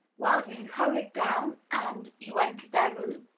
well? you hurried down, and you entered their room.